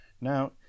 Now